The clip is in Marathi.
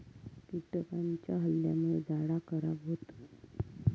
कीटकांच्या हल्ल्यामुळे झाडा खराब होतत